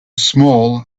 small